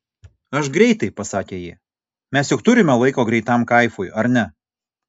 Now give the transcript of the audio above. aš greitai pasakė ji mes juk turime laiko greitam kaifui ar ne